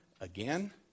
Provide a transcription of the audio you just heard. again